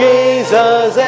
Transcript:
Jesus